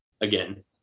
again